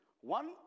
One